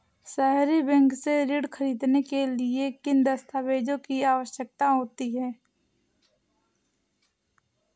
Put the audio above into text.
सहरी बैंक से ऋण ख़रीदने के लिए किन दस्तावेजों की आवश्यकता होती है?